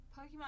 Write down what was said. pokemon